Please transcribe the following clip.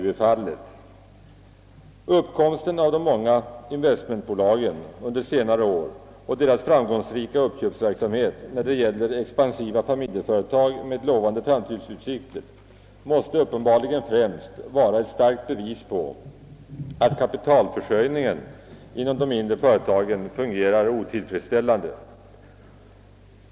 Uppkomsten av de många investmentbolagen under senare år och deras framgångsrika uppköpsverksamhet i fråga om expansiva familjeföretag med lovande framtidsutsikter är uppenbarligen ett bevis på att kapitalförsörj ningen inom de mindre företagen fungerar otillfredsställande.